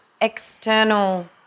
external